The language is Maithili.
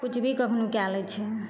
किछु भी कखनो कए लै छै